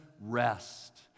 rest